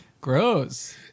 gross